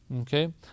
Okay